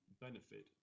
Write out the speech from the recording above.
benefit